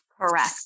Correct